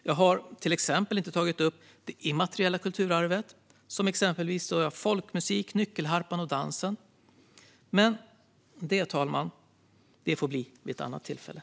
Jag har till exempel inte tagit upp det immateriella kulturarvet, som folkmusik, nyckelharpan och dansen. Men det, fru talman, får bli vid ett annat tillfälle.